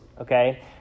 Okay